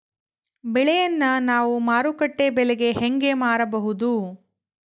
ಬೆಳೆಯನ್ನ ನಾವು ಮಾರುಕಟ್ಟೆ ಬೆಲೆಗೆ ಹೆಂಗೆ ಮಾರಬಹುದು?